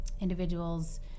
individuals